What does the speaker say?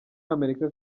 amerika